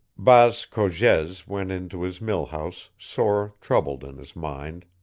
baas cogez went into his mill-house sore troubled in his mind.